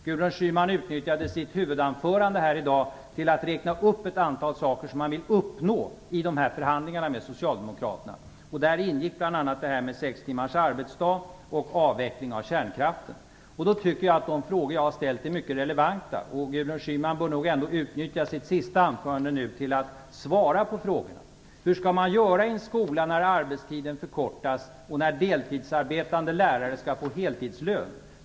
Gudrun Schyman utnyttjade sitt huvudanförande här i dag till att räkna upp ett antal saker som man vill uppnå i förhandlingarna med Socialdemokraterna. Där ingick bl.a. sex timmars arbetsdag och avveckling av kärnkraften. Då tycker jag att de frågor jag har ställt är mycket relevanta, och Gudrun Schyman bör nog ändå utnyttja sitt sista anförande nu till att svara på frågorna. Hur skall man göra i en skola när arbetstiden förkortas och när deltidsarbetande lärare skall få heltidslön?